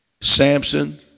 Samson